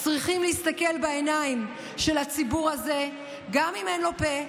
צריכים להסתכל בעיניים של הציבור הזה גם אם אין לו פה,